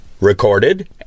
recorded